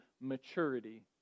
maturity